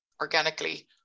organically